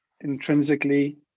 intrinsically